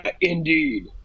indeed